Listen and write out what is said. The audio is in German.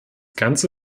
ganze